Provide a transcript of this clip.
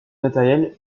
matériel